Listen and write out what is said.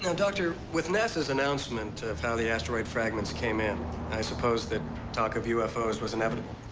now, doctor, with nasa's announcement of how the asteroid fragments came in i suppose that talk of u f o s was inevitable.